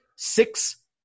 Six